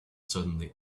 suddenly